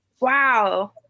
Wow